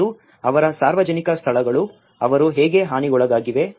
ಮತ್ತು ಅವರ ಸಾರ್ವಜನಿಕ ಸ್ಥಳಗಳು ಅವರು ಹೇಗೆ ಹಾನಿಗೊಳಗಾಗಿವೆ